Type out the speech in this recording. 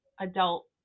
adult